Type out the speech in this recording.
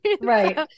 Right